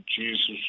Jesus